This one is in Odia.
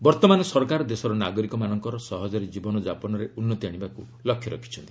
ବର୍ତ୍ତମାନ ସରକାର ଦେଶର ନାଗରିକମାନଙ୍କ ସହଜରେ ଜୀବନ ଯାପନରେ ଉନ୍ନତି ଆଶିବାକୁ ଲକ୍ଷ୍ୟ ରଖିଛନ୍ତି